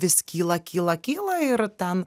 vis kyla kyla kyla ir ten